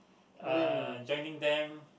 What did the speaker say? uh joining them